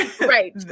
Right